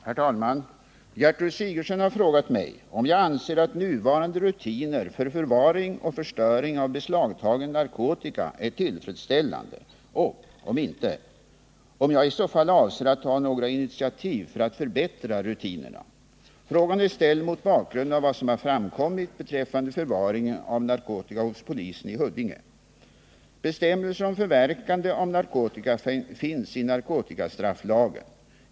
Herr talman! Gertrud Sigurdsen har frågat mig om jag anser att nuvarande rutiner för förvaring och förstöring av beslagtagen narkotika är tillfredsställande och, om inte, om jag i så fall avser att ta några initiativ för att förbättra rutinerna. Frågan är ställd mot bakgrund av vad som har framkommit Bestämmelser om förverkande av narkotika finns i narkotikastrafflagen .